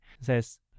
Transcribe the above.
says